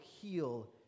heal